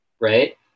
Right